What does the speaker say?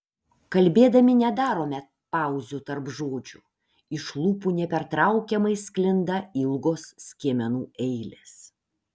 kalbėdami nedarome pauzių tarp žodžių iš lūpų nepertraukiamai sklinda ilgos skiemenų eilės